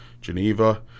Geneva